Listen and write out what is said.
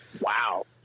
Wow